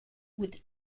with